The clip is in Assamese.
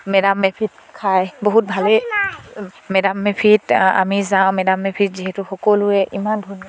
মেডাম মেফিত খাই বহুত ভালেই মেডাম মেফিত আমি যাওঁ মেডাম মেফিত যিহেতু সকলোৱে ইমান ধুনীয়া